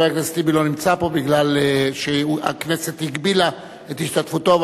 חבר הכנסת טיבי לא נמצא פה בגלל שהכנסת הגבילה את השתתפותו,